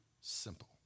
simple